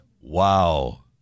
Wow